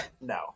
No